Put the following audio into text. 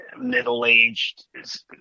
middle-aged